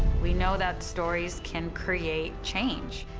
we know that stories can create change,